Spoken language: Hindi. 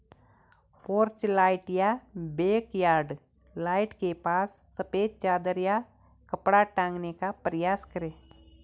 पोर्च लाइट या बैकयार्ड लाइट के पास सफेद चादर या कपड़ा टांगने का प्रयास करें